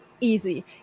easy